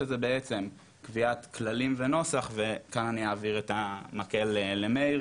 שזה בעצם קביעת כללים ונוסח וכאן אני אעביר את המקל למאיר